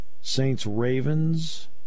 Saints-Ravens